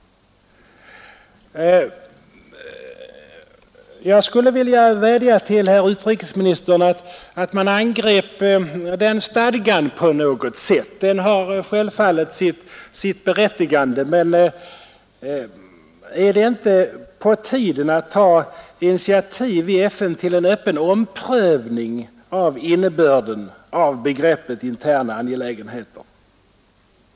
Jag skulle vilja vädja till herr utrikesministern att man angrep den bestämmelsen i stadgan på något sätt. Den har självfallet sitt berättigande, men är det inte på tiden att ta initiativ i FN till en öppen omprövning beträffande innebörden av begreppet interna angelägenheter?